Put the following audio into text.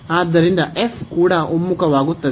ಆದ್ದರಿಂದ ಕೂಡ ಒಮ್ಮುಖವಾಗುತ್ತದೆ